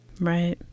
Right